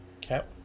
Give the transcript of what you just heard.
cap